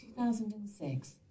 2006